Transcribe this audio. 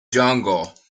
jungle